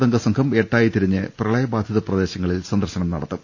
തംഗസംഘം എട്ടായി തിരിഞ്ഞ് പ്രളയബാധിത പ്രദേശങ്ങളിൽ സന്ദർശനം നടത്തും